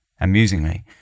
Amusingly